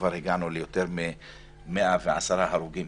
כבר הגענו ליותר מ-110 הרוגים